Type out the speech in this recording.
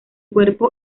cuerpo